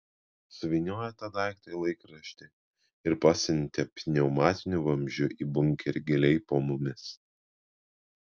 suvyniojo tą daiktą į laikraštį ir pasiuntė pneumatiniu vamzdžiu į bunkerį giliai po mumis